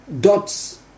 dots